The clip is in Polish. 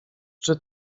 czy